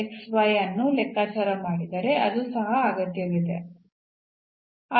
2 ರ ಬದಲಿಗೆ ನಾವು 4 ಅನ್ನು ಅಲ್ಲಿ ಹೊಂದಿದ್ದೇವೆ